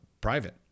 private